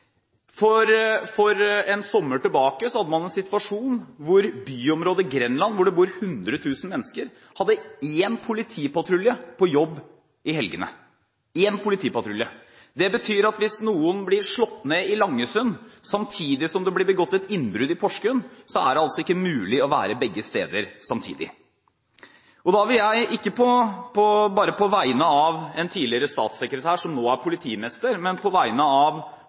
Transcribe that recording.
For en sommer tilbake hadde man en situasjon hvor byområdet Grenland, hvor det bor 100 000 mennesker, hadde én politipatrulje på jobb i helgene – én politipatrulje! Det betyr at hvis noen ble slått ned i Langesund samtidig som det ble begått et innbrudd i Porsgrunn, var det altså ikke mulig å være begge steder samtidig. Da vil jeg, ikke bare på vegne av en tidligere statssekretær, som nå er politimester, men på vegne av